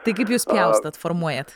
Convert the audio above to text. tai kaip jūs pjaustot formuojat